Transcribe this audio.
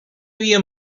havia